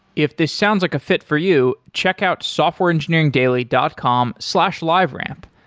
if this sounds like a fit for you, check out softwareengineeringdaily dot com slash liveramp.